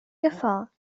gefahr